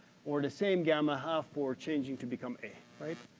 or the same gamma half we're changing to become a, right?